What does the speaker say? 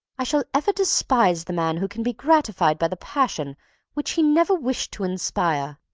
i shall ever despise the man who can be gratified by the passion which he never wished to inspire,